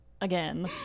Again